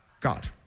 God